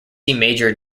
major